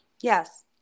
Yes